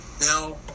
Now